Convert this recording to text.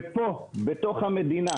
ופה בתוך המדינה,